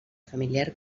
familiar